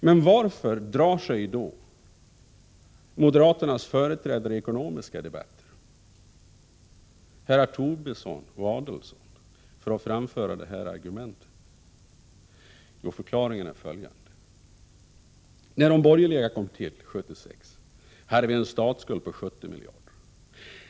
Men varför drar sig då moderaternas företrädare i ekonomiska debatter — herrar Tobisson och Adelsohn — för att framföra detta argument? Förklaringen är följande: När de borgerliga kom till makten 1976 hade vi en statsskuld på 70 miljarder.